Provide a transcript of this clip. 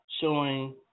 showing